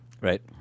Right